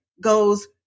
goes